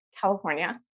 California